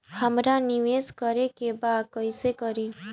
हमरा निवेश करे के बा कईसे करी?